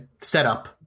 setup